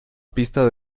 pista